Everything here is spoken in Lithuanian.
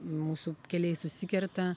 mūsų keliai susikerta